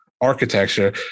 architecture